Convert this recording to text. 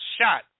shot